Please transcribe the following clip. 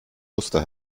muster